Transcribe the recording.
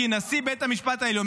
כי נשיא בית המשפט העליון,